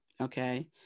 Okay